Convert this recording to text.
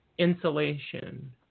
Insulation